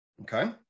okay